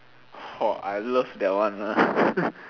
!ho! I love that one ah